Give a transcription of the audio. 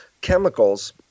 chemicals